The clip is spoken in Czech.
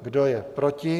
Kdo je proti?